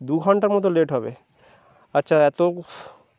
দু ঘন্টার মতো লেট হবে আচ্ছা তো